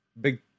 big